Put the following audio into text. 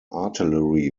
artillery